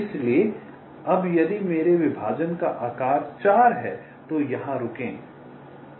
इसलिए अब यदि मेरे विभाजन का आकार 4 है तो यहाँ रुकें